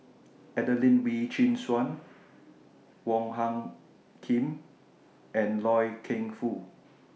Adelene Wee Chin Suan Wong Hung Khim and Loy Keng Foo